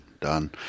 Done